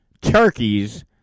turkeys